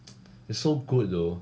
it's so good though